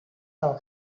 del